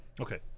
Okay